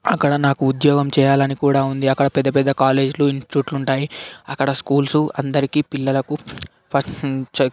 అక్కడ నాకు ఉద్యోగం చేయాలని కూడా ఉంది అక్కడ పెద్ద పెద్ద కాలేజ్లు ఇన్స్టిట్యూట్లు ఉంటాయి అక్కడ స్కూల్సు అందరికీ పిల్లలకు ఫస్ట్ చ